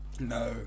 No